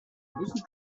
beaucoup